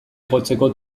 igotzeko